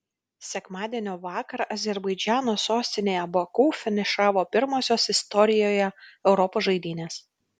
sekmadienio vakarą azerbaidžano sostinėje baku finišavo pirmosios istorijoje europos žaidynės